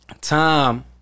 tom